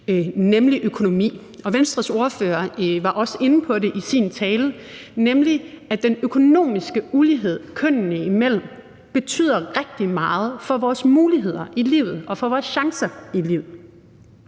nemlig økonomi. Venstres ordfører var også inde på det i sin tale, nemlig at den økonomiske ulighed kønnene imellem betyder rigtig meget for vores muligheder i livet og for vores chancer i livet.